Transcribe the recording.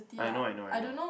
I know I know I know